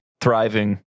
Thriving